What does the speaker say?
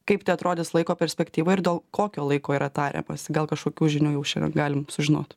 kaip tai atrodys laiko perspektyvoj ir dėl kokio laiko yra tariamasi gal kažkokių žinių jau šiandien galim sužinot